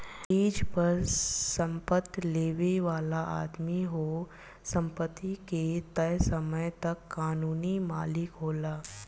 lease पर संपत्ति लेबे वाला आदमी ओह संपत्ति के तय समय तक कानूनी मालिक होला